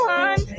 one